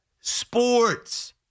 Sports